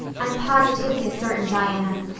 i'm positively certain, diana,